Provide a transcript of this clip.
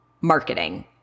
marketing